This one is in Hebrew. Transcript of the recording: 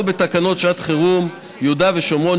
בתקנות שעת חירום (יהודה והשומרון,